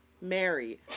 Mary